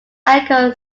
echo